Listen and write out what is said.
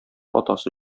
атасы